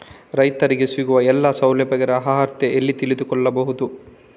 ರೈತರಿಗೆ ಸಿಗುವ ಎಲ್ಲಾ ಸೌಲಭ್ಯಗಳ ಅರ್ಹತೆ ಎಲ್ಲಿ ತಿಳಿದುಕೊಳ್ಳಬಹುದು?